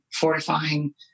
fortifying